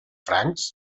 francs